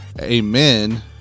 Amen